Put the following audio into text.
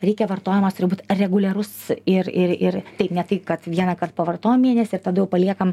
reikia vartojimas turi būt reguliarus ir ir ir taip ne tai kad vienąkart pavartojau mėnesį ir tada jau paliekam